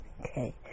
Okay